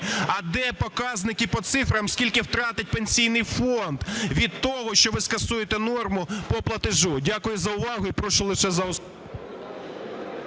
А де показники по цифрам, скільки втратить Пенсійний фонд від того, що ви скасуєте норму по платежу? Дякую за увагу. І прошу лише за основу.